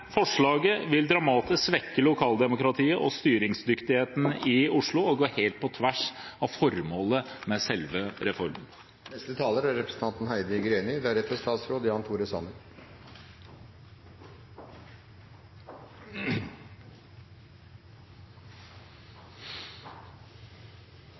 Forslaget vil dramatisk svekke lokaldemokratiet og styringsdyktigheten i Oslo og gå helt på tvers av selve formålet med reformen.